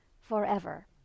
forever